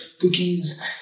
cookies